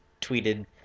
tweeted